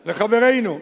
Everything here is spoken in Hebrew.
לחברינו,